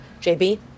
JB